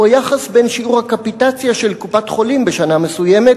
היחס בין שיעור הקפיטציה של קופת-החולים בשנה המסוימת